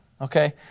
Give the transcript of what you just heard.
okay